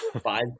five